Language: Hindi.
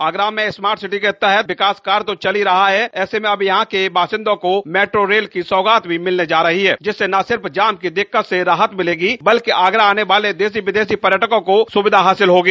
आगरा में स्मार्ट सिटी के तहत विकास कार्य तो चल ही रहा है ऐसे में अब यहां के बाशिंदों को मेट्रो रेल की सौगात भी मिलने जा रही है जिससे न सिर्फ जाम की दिक्कत से राहत मिलेगी बल्कि आगरा आने वाले देशी विदेशी पर्यटकों को सुविधा हासिल होगी